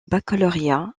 baccalauréat